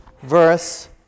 verse